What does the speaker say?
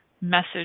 message